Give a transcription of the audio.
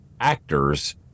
actors